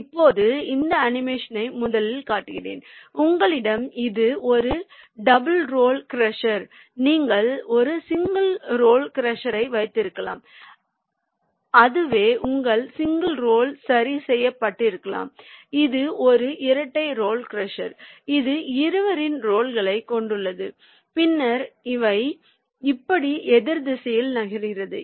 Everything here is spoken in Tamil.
இப்போது இந்த அனிமேஷனை முதலில் காட்டுகிறேன் உங்களிடம் இது ஒரு டபுள் ரோல் க்ரஷர் நீங்கள் ஒரு சிங்கிள் ரோல் க்ரஷரை வைத்திருக்கலாம் அதுவே உங்கள் சிங்கிள் ரோல் சரி செய்யப்பட்டிருக்கலாம் இது ஒரு இரட்டை ரோல் க்ரஷர் இது இருவரின் ரோல்களையும் கொண்டுள்ளது பின்னர் அவை இப்படி எதிர் திசையில் நகர்கின்றன